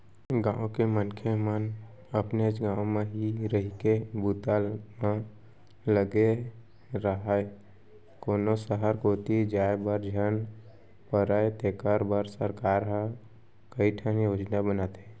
गाँव के मनखे मन अपनेच गाँव म ही रहिके बूता म लगे राहय, कोनो सहर कोती जाय बर झन परय तेखर बर सरकार ह कइठन योजना बनाथे